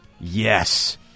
Yes